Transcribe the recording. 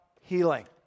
healing